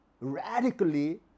radically